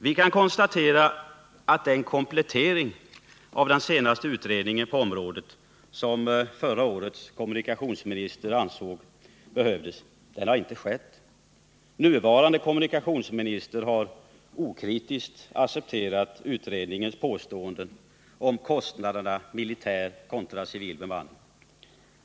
Vi kan konstatera att den komplettering av den senaste utredningen på området som förra årets kommunikationsminister ansåg behövlig inte har skett. Nuvarande kommunikationsminister har okritiskt accepterat utredningens påståenden om kostnaderna för militär kontra civil bemanning.